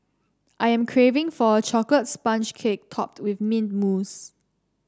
I am craving for a chocolate sponge cake topped with mint mousse